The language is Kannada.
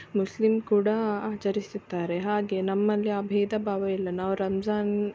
ಮುಸ್ಲಿಮ್ ಕೂಡ ಆಚರಿಸುತ್ತಾರೆ ಹಾಗೆ ನಮ್ಮಲ್ಲಿ ಆ ಭೇದ ಭಾವ ಇಲ್ಲ ನಾವು ರಂಜಾನ್